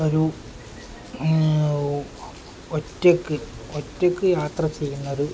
ഒരു ഒറ്റക്ക് ഒറ്റക്ക് യാത്ര ചെയ്യുന്ന ഒരു